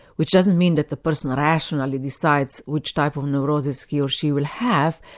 which doesn't mean that the person rationally decides which type of neurosis he or she will have,